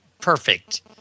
perfect